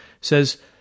says